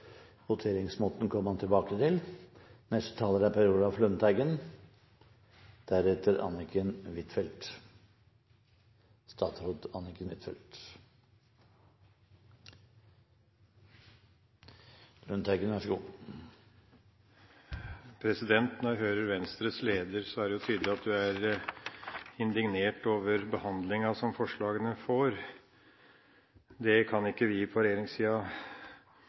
Voteringsmåten kommer man tilbake til. Når jeg hører Venstres leder, er det tydelig at hun er indignert over behandlingen forslagene får. Det kan ikke vi på